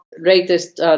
latest